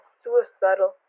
suicidal